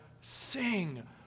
sing